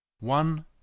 One